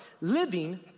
Living